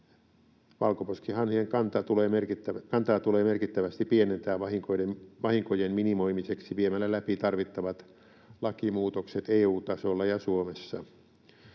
Valkoposkihanhien kantaa tulee merkittävästi pienentää vahinkojen minimoimiseksi viemällä läpi tarvittavat lakimuutokset EU-tasolla ja Suomessa.